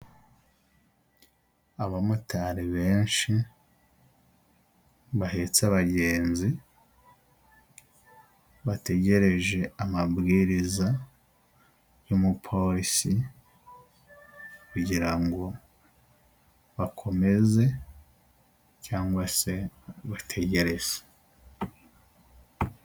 Abamotari benshi bahetse abagenzi, bategereje amabwiriza y'umupolisi kugira ngo bakomeze cyangwa se bategereze.